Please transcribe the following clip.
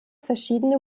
verschiedene